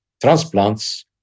transplants